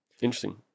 Interesting